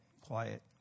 quiet